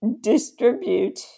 distribute